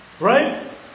Right